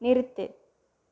நிறுத்து